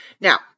now